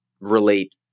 relate